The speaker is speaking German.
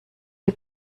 die